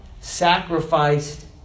sacrificed